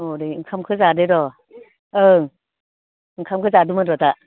औ दे ओंखामखौ जादो र'ओं ओंखामखौ जादोंमोन र' दा